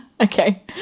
Okay